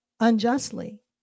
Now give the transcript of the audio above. unjustly